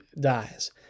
dies